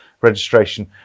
Registration